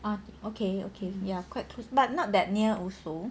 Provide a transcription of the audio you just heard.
ah okay okay ya quite close but not that near also